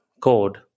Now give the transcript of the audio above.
code